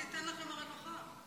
מה זה ייתן לכם, רווחה?